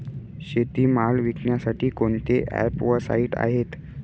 शेतीमाल विकण्यासाठी कोणते ॲप व साईट आहेत?